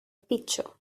picture